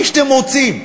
מי שאתם רוצים,